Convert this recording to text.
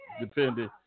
depending